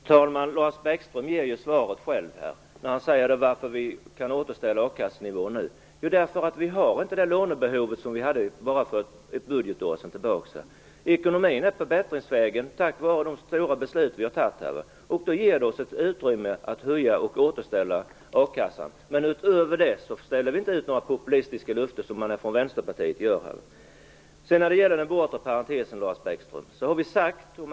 Herr talman! Lars Bäckström ger ju själv svaret på frågan om varför vi kan återställa a-kassenivån nu. Det är för att vi inte har det lånebehovet som vi hade bara ett budgetår tillbaka. Ekonomin är på bättringsvägen tack vare de stora beslut som vi har fattat. Det ger oss ett utrymme att höja och återställa a-kassan. Men utöver det ställer vi inte ut några populistiska löften som man gör från Vänsterpartiet. Så till den bortre parentesen, Lars Bäckström.